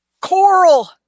Coral